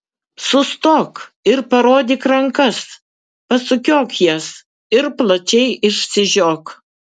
sustok ir parodyk rankas pasukiok jas ir plačiai išsižiok